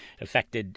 affected